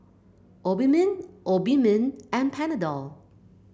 Obimin Obimin and Panadol